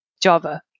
Java